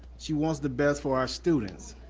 she want the best for our students.